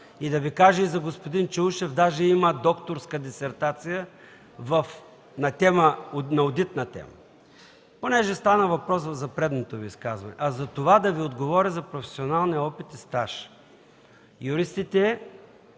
И да Ви кажа и за господин Чаушев, даже има докторска дисертация на одитна тема. Понеже стана въпрос за предното Ви изказване, а сега за това – да Ви отговоря за професионалния опит и стаж. Юристите,